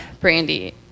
Brandy